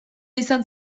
izan